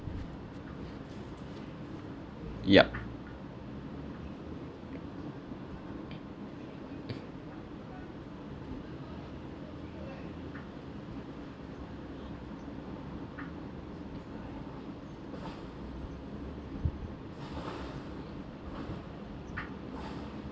yup